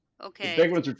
Okay